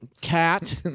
Cat